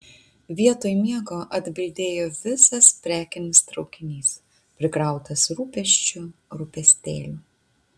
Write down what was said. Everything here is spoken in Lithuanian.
vietoj miego atbildėjo visas prekinis traukinys prikrautas rūpesčių rūpestėlių